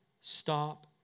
stop